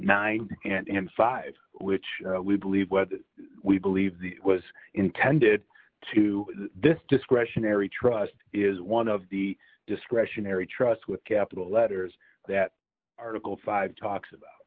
dollars and five dollars which we believe what we believe the was intended to this discretionary trust is one of the discretionary trust with capital letters that article five talks about